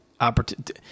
opportunity